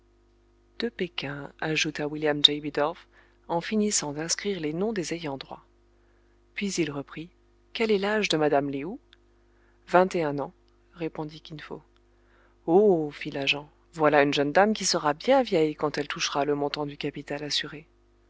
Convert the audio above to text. de péking ajouta william j bidulph en finissant d'inscrire les noms des ayants droit puis il reprit quel est l'âge de mme lé ou vingt et un ans répondit kin fo oh fit l'agent voilà une jeune dame qui sera bien vieille quand elle touchera le montant du capital assuré